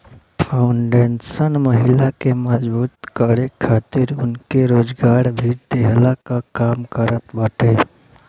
foundation महिला के मजबूत करे खातिर उनके रोजगार भी देहला कअ काम करत बाटे